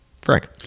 Frank